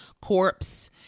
corpse